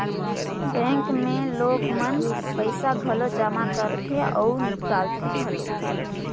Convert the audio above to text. bank मे लोग मन पइसा घलो जमा करथे अउ निकालथें घलो